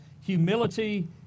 humility